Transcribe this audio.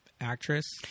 actress